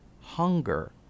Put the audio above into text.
hunger